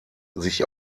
sich